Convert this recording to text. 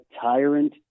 tyrant